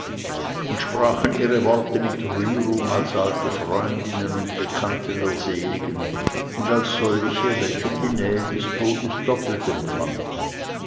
und sprachen ihre worte mit rührung als alte freundinnen und bekannte der seligen und als solche welche die nähe des todes doppelt empfanden